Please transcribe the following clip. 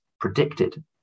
predicted